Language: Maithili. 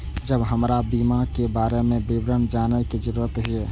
जब हमरा बीमा के बारे में विवरण जाने के जरूरत हुए?